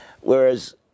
Whereas